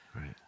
right